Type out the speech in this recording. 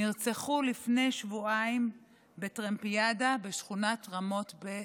נרצחו לפני שבועיים בטרמפיאדה בשכונת רמות בירושלים,